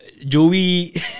Joey